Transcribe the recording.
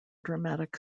dramatic